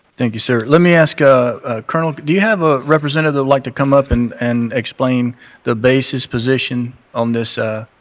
thank you, sir. let me ask, ah colonel, do you have a representative that would like to come up and and explain the base's position on this?